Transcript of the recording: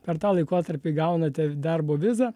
per tą laikotarpį gaunate darbo vizą